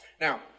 Now